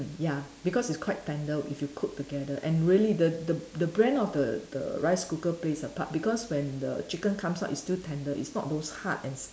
ya because it's quite tender if you cook together and really the the the brand of the the rice cooker plays a part because when the chicken comes out is still tender it's not those hard and stiff